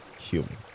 human